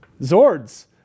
Zords